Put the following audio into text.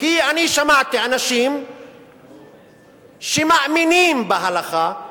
כי אני שמעתי אנשים שמאמינים בהלכה,